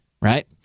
right